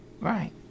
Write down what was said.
Right